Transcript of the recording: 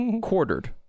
quartered